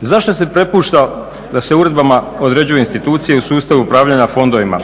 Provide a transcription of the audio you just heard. Zašto se prepušta da se uredbama uređuju institucije u sustavu upravljanja fondovima?